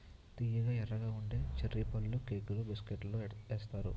తియ్యగా ఎర్రగా ఉండే చర్రీ పళ్ళుకేకులు బిస్కట్లలో ఏత్తారు